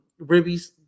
ribbies